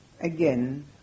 again